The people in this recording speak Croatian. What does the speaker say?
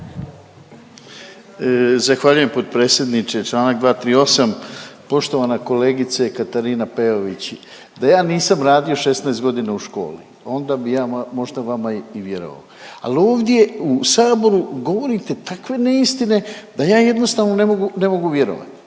Zahvaljujem potpredsjedniče, čl. 238.. Poštovana kolegice Katarina Peović, da ja nisam radio 16.g. u školi onda bi ja možda vama i vjerovao, al ovdje u saboru govorite takve neistine da ja jednostavno ne mogu, ne mogu vjerovati.